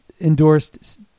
endorsed